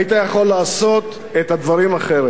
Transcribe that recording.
היית יכול לעשות את הדברים אחרת.